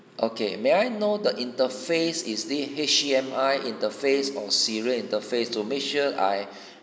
okay may I know the interface is the H_D_M_I interface or serial interface to make sure I